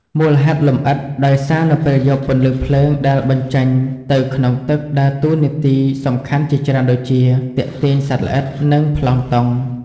មូលហេតុលម្អិត ដោយសារនៅពេលយប់ ពន្លឺភ្លើង ដែលបញ្ចេញទៅក្នុងទឹកដើរតួនាទីសំខាន់ជាច្រើនដូចជា ទាក់ទាញសត្វល្អិត និងប្លង់តុង។